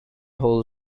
whole